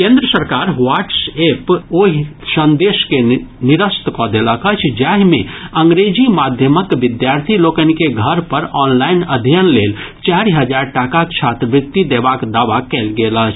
केन्द्र सरकार ओहि व्हाट्स एप संदेश के निरस्त कऽ देलक अछि जाहि मे अंग्रेजी माध्यमक विद्यार्थी लोकनि के घर पर ऑनलाईन अध्ययन लेल चारि हजार टाकाक छात्रवृति देबाक दावा कयल गेल अछि